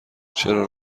چرا